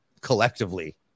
collectively